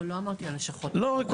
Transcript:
לא לא אמרתי שהלשכות שלנו ריקות,